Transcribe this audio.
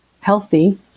healthy